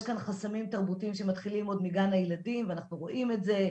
יש כאן חסמים תרבותיים שמתחילים עוד מגן הילדים ואנחנו רואים את זה,